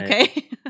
okay